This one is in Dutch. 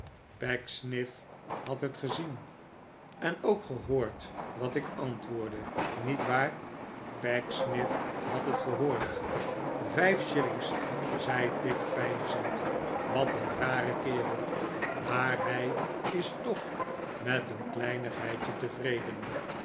pecksniff had het gezien en obk gehoord wat ik antwoordde niet waar pecksniff had liet gehoord vijf shillings zei tigg peinzend wat een rare kerel maar hij is toch met een kleinigheidje tevreden